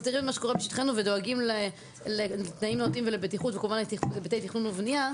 שקורה בשטחנו ודואגים לתנאים נאותים ולבטיחות בהיבטי תכנון ובנייה.